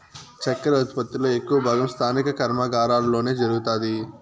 చక్కర ఉత్పత్తి లో ఎక్కువ భాగం స్థానిక కర్మాగారాలలోనే జరుగుతాది